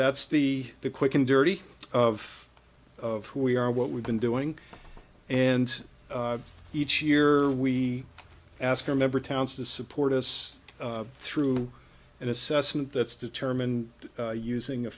that's the quick and dirty of of who we are what we've been doing and each year we ask our member towns to support us through an assessment that's determined using a